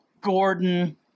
Gordon